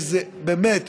באמת,